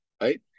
right